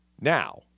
Now